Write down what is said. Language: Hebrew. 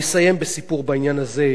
אפרופו מה שאמרתי בהתחלה.